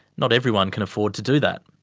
not everyone can afford to do that.